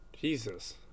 Jesus